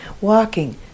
Walking